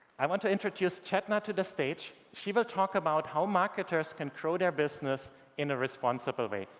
i want to introduce chetna to the stage. she will talk about how marketers control their business in a responsible way.